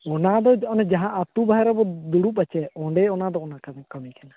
ᱚᱱᱟᱫᱚ ᱚᱱᱮ ᱡᱟᱦᱟᱸ ᱟᱛᱳ ᱵᱟᱨᱦᱮᱵᱚ ᱰᱩᱲᱩᱵᱟᱜᱼᱟ ᱥᱮ ᱚᱸᱰᱮ ᱚᱱᱟᱫᱚ ᱚᱱᱟᱠᱟᱱ ᱠᱟᱹᱢᱤ ᱠᱟᱱᱟ